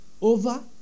over